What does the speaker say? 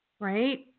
right